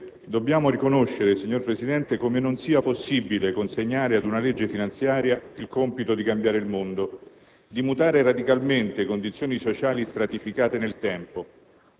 dobbiamo tutti avere il senso del limite, dobbiamo riconoscere come non sia possibile consegnare ad una legge finanziaria il compito di cambiare il mondo,